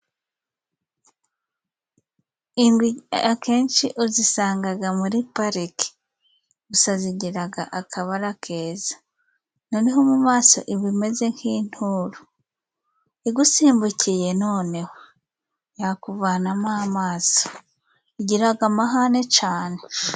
Ingwe akenshi uzisanga muri parike, gusa zigira akabara keza. Noneho mu maso iba imeze nk'inturo, igusimbukiye noneho yakuvanamo amaso igira amahane cyane.